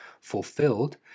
fulfilled